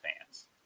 fans